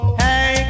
hey